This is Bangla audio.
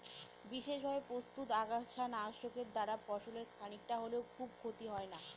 বিশেষভাবে প্রস্তুত আগাছা নাশকের দ্বারা ফসলের খানিকটা হলেও খুব ক্ষতি হয় না